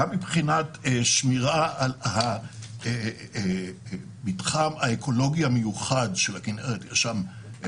גם מבחינת שמירה על המתחם האקולוגי המיוחד של הכינרת --- חיים,